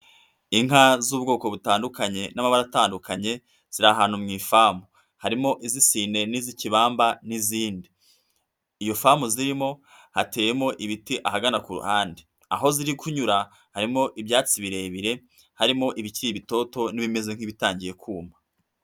Inka z'ubwoko butandukanye n'amabara atandukanye ziri ahantu mu ifamu, harimo izisine n'izikibamba n'izindi, iyo famu zirimo hateyemo ibiti ahagana ku ruhande, aho ziri kunyura harimo ibyatsi birebire, harimo ibikiri bitoto n'ibimeze nk'ibitangiye kuma.